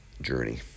journey